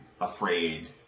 afraid